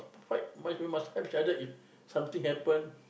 fight mu~ we must help each other if something happen